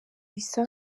bisa